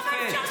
אני לא שופט.